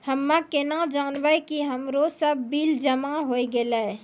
हम्मे केना जानबै कि हमरो सब बिल जमा होय गैलै?